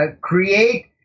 create